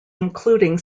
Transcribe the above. including